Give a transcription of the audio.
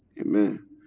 Amen